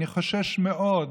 אני חושש מאוד,